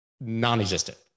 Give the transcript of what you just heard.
non-existent